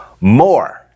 more